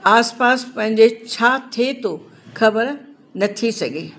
आस पास पंहिंजे छा थिए थो ख़बर न थी सघे